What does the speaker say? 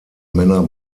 männer